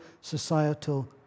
societal